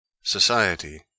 Society